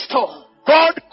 God